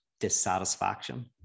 dissatisfaction